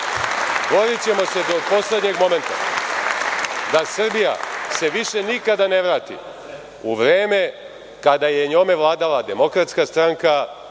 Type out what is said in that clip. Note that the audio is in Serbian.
borićemo se do poslednjeg momenta da se Srbija više nikada ne vrati u vreme kada je njome vladala Demokratska stranka,